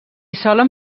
solen